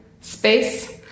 space